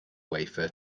wafer